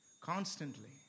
Constantly